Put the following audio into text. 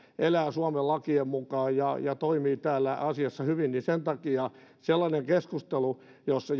elävät suomen lakien mukaan ja ja toimivat täällä asiassa hyvin sen takia sellainen keskustelu jossa